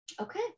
Okay